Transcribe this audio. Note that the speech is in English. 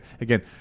again